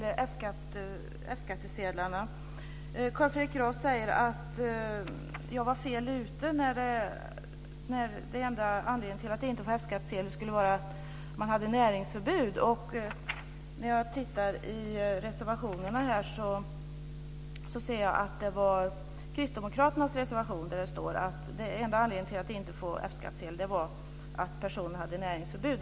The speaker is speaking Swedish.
Herr talman! Carl Fredrik Graf säger att jag var fel ute när jag sade att den enda anledningen till att inte få F-skattsedel skulle vara att man hade näringsförbud. När jag tittar i reservationerna ser jag det är i Kristdemokraternas reservation som det står att den enda anledningen till att inte få F-skattsedel skulle vara att personen har näringsförbud.